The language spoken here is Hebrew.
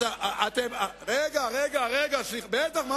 לא לוקחים כסף מהמדינה, בטח.